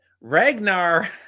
Ragnar